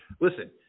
Listen